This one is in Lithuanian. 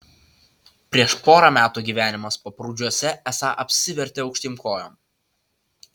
prieš porą metų gyvenimas paprūdžiuose esą apsivertė aukštyn kojom